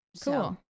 Cool